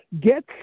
get